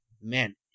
Man